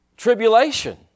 Tribulation